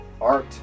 art